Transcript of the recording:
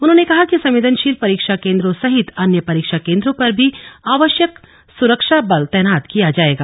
उन्होंने कहा कि संवेदनशील परीक्षा केन्द्रों सहित अन्य परीक्षा केन्द्रों पर भी आवश्यक सुरक्षा बल तैनात किया जाएगा